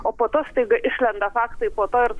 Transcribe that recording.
o po to staiga išlenda faktai po to ir